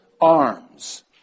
arms